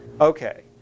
Okay